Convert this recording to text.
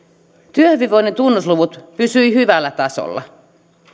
työhyvinvoinnin tunnusluvut pysyivät hyvällä tasolla